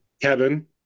Kevin